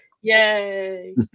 Yay